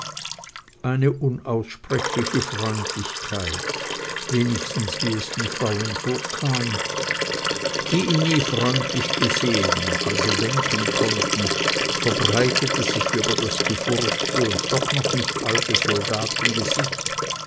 eine unaussprechliche freundlichkeit wenigstens wie es den frauen vorkam die ihn nie freundlich gesehen noch also denken konnten verbreitete sich über das gefurchte und doch noch nicht alte